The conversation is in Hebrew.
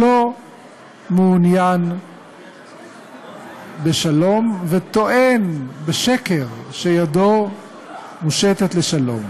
לא מעוניין בשלום וטוען בשקר שידו מושטת לשלום.